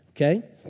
okay